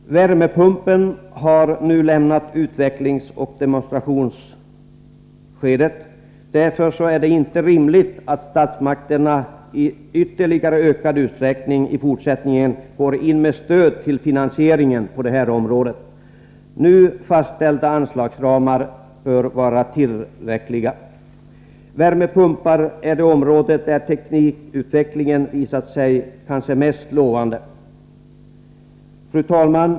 Värmepumpen har nu lämnat utvecklingsoch demonstrationsskedet. Därför är det inte rimligt att statsmakterna i ytterligare ökad utsträckning i fortsättningen går in med stöd till finansieringen på det här området. Nu fastställda anslagsramar bör vara tillräckliga. Värmepumpar är det område där teknikutvecklingen visat sig kanske mest lovande. Fru talman!